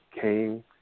Came